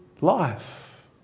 life